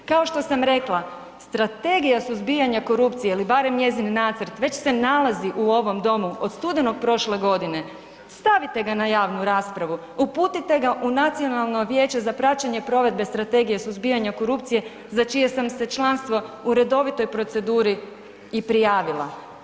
Kao što sam rekla Strategija suzbijanja korupcije ili barem njezin nacrt već se nalazi u ovom domu od studenog prošle godine, stavite ga na javnu raspravu, uputite ga u Nacionalno vijeće za praćenje provedbe Strategije suzbijanja korupcije za čije sam se članstvo u redovitoj proceduri i prijavila.